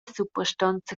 suprastonza